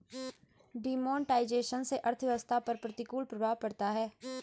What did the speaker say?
demonetisation से अर्थव्यवस्था पर प्रतिकूल प्रभाव पड़ता है